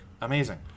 amazing